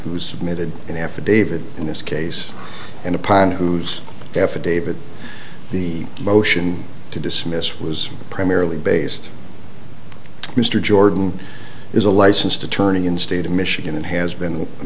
who submitted an affidavit in this case and upon whose half a day but the motion to dismiss was primarily based mr jordan is a licensed attorney in state of michigan and has been a